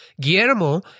Guillermo